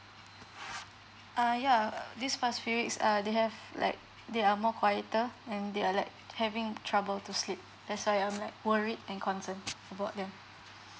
uh yeah these past few weeks uh they have like they are more quieter and they are like having trouble to sleep that's why I'm like worried and concerned about them